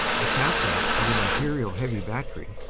the captain of an imperial heavy battery,